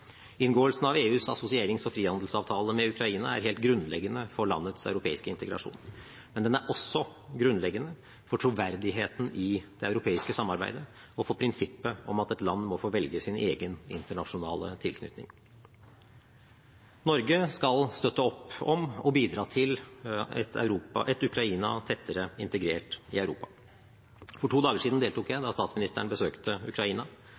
Inngåelsen av EUs assosierings- og frihandelsavtale med Ukraina er helt grunnleggende for landets europeiske integrasjon. Men den er også grunnleggende for troverdigheten i det europeiske samarbeidet og for prinsippet om at et land må få velge sin egen internasjonale tilknytning. Norge skal støtte opp om og bidra til et Ukraina tettere integrert i Europa. For to dager siden deltok jeg da statsministeren besøkte Ukraina